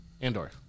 Andor